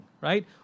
right